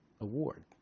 award